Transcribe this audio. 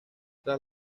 tras